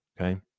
okay